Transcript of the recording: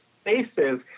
spaces